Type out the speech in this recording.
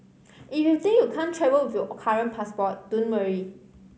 if you think you can't travel with your current passport don't worry